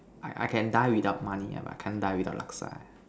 I I can die without money but I can't die without Laksa